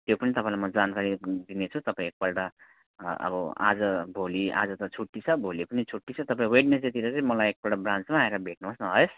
त्यो पनि तपाईँलाई म जानकारी दिनेछु तपाईँ एकपल्ट अब आज भोलि आज त छुट्टी छ भोलि पनि छुट्टी छ तपाईँ वेड्नसडेतिर चाहिँ मलाई एकपल्ट ब्रान्चमा आएर भेट्नुहोस् न है